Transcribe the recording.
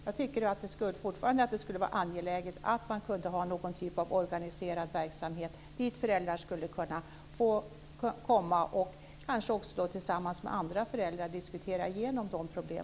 Jag tycker fortfarande att det skulle vara angeläget med någon typ av organiserad verksamhet dit föräldrar skulle kunna komma och tillsammans med andra föräldrar diskutera igenom problem.